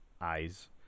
eyes